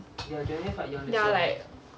ya like